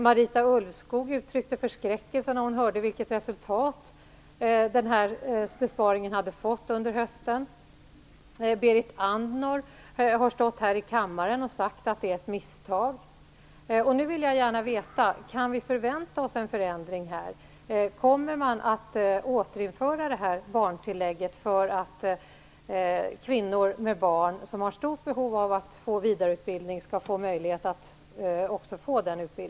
Marita Ulvskog uttryckte förskräckelse när hon hörde vilket resultat den här besparingen hade fått under hösten. Berit Andnor har stått här i kammaren och sagt att det är ett misstag. Nu vill jag gärna veta: Kan vi vänta oss en förändring? Kommer man att återinföra barntillägget för att kvinnor som har barn och som har stort behov av vidareutbildning skall få möjlighet att få den?